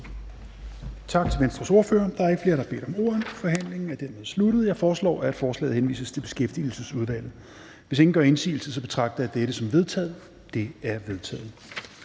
tak til Venstres ordfører. Der er ikke flere, der har bedt om ordet, så forhandlingen er sluttet. Jeg foreslår, at forslaget til folketingsbeslutning henvises til Beskæftigelsesudvalget. Hvis ingen gør indsigelse, betragter jeg det som vedtaget. Det er vedtaget.